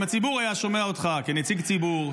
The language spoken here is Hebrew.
אם הציבור היה שומע אותך כנציג ציבור,